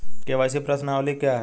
KYC प्रश्नावली क्या है?